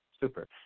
super